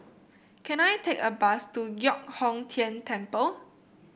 can I take a bus to Giok Hong Tian Temple